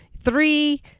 three